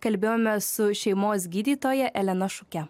kalbėjome su šeimos gydytoja elena šuke